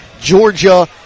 Georgia